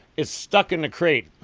it's stuck in the crate.